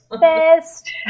Best